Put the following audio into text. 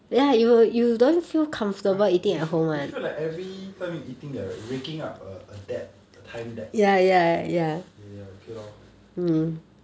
it feel it feel like everytime raking up a debt a time debt ya ya okay lor